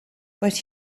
but